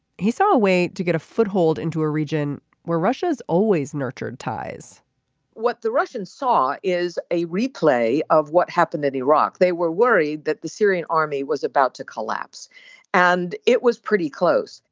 he saw a to get a foothold into a region where russia's always nurtured ties what the russians saw is a replay of what happened in iraq. they were worried that the syrian army was about to collapse and it was pretty close.